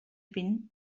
vint